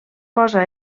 posa